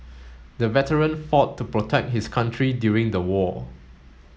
the veteran fought to protect his country during the war